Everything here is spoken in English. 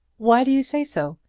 why do you say so?